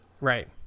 right